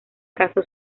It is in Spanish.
caso